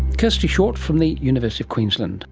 kirsty short from the university of queensland